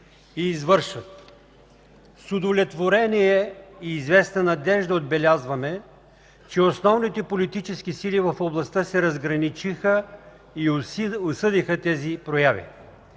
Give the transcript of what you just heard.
и извършват. С удовлетворение и с известна надежда отбелязваме, че основните политически сили в областта се разграничиха и осъдиха тези прояви.